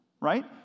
right